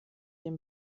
den